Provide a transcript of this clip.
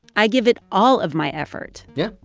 i give it all of my effort yeah.